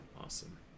awesome